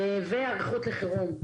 הנושא השני זה היערכות לחרום.